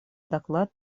доклад